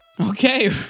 okay